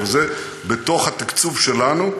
אבל זה בתוך התקצוב שלנו,